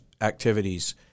activities